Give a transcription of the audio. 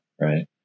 right